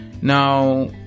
Now